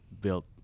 built